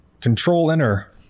Control-Enter